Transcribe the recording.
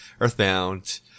Earthbound